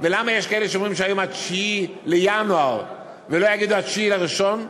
ולמה יש כאלה שאומרים שהיום ה-9 בינואר ולא יגידו ה-9 לראשון,